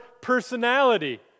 personality